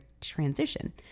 transition